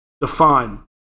define